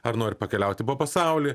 ar nori pakeliauti po pasaulį